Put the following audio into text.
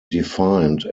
defined